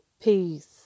Peace